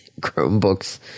Chromebooks